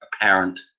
apparent